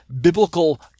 biblical